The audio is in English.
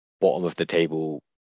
bottom-of-the-table